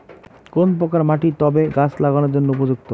কোন প্রকার মাটি টবে গাছ লাগানোর জন্য উপযুক্ত?